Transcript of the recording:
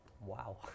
Wow